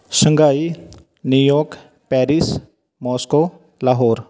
Shanghai New York Paris Moscow Lahore